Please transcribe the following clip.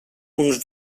uns